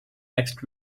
next